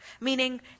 Meaning